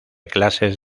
clases